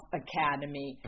academy